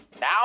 Now